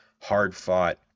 hard-fought